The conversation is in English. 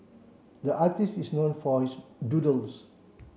the artist is known for his doodles